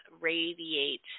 radiate